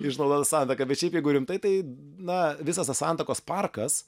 išnaudota santaka bet šiaip jeigu rimtai tai na visas santakos parkas